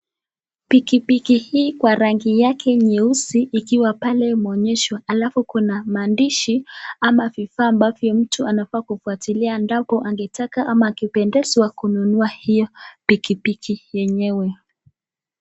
Pikipiki hii kwa rangi yake nyeusi ikiwa pale imenyeshwa halafu kuna maandishi ama vifaa ambavyo mtu anafaa kufuatilia endapo angetaka ama angependezwa kununua hiyo pikipiki yenyewe.